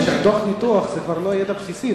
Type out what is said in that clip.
העברית של דוח ניתוח זה כבר לא ידע בסיסי,